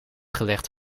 gelegd